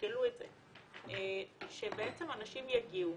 תשקלו את זה, שבעצם אנשים יגיעו,